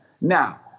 Now